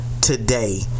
today